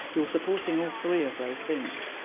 you're supporting all three of those things,